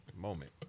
moment